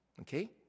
okay